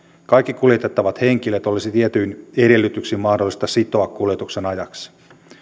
kaikki kuljetettavat henkilöt olisi tietyin edellytyksin mahdollista sitoa kuljetuksen ajaksi